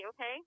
okay